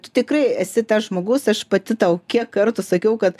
tu tikrai esi tas žmogus aš pati tau kiek kartų sakiau kad